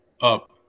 up